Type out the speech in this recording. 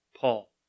Paul